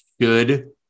good